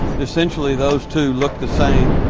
essentially those two look the same.